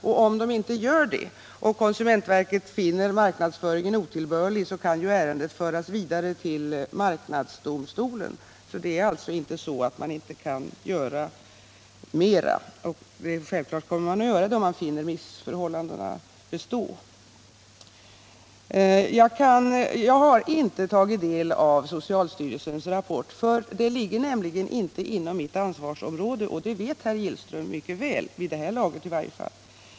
Om företaget inte gör det och konsumentverket finner marknadsföringen otillbörlig, kan ärendet föras vidare till marknadsdomstolen. Det är alltså inte så att man inte kan göra mer. Självklart kommer man att göra det också, om man finner missförhållandena bestå. Jag har inte tagit del av socialstyrelsens rapport. Det ligger nämligen inte inom mitt ansvarsområde, och det vet herr Gillström mycket väl, vid det här laget i varje fall.